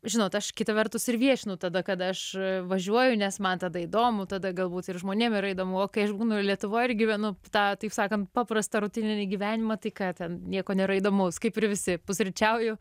žinot aš kita vertus ir viešinu tada kada aš važiuoju nes man tada įdomu tada galbūt ir žmonėm yra įdomu o kai aš būnu lietuvoj ir gyvenu tą taip sakant paprastą rutininį gyvenimą tai ką ten nieko nėra įdomaus kaip ir visi pusryčiauju